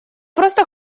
просто